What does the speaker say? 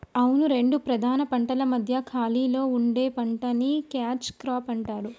అవును రెండు ప్రధాన పంటల మధ్య ఖాళీలో పండే పంటని క్యాచ్ క్రాప్ అంటారు